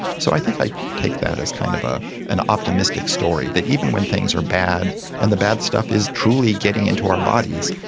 so i think i take that as kind of ah an optimistic story, that even when things are bad and the bad stuff is a truly getting into our bodies,